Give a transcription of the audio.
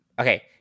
okay